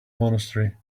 monastery